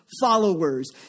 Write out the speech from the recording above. followers